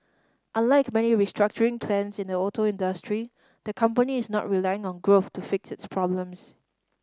unlike many restructuring plans in the auto industry the company is not relying on growth to fix its problems